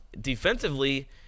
Defensively